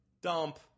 dump